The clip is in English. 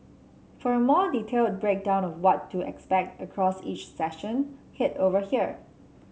for a more detailed breakdown of what to expect across each session head over here